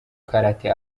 karate